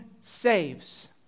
saves